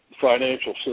financial